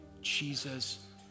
Jesus